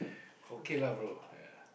okay lah bro